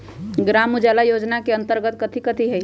ग्राम उजाला योजना के अंतर्गत कथी कथी होई?